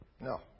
no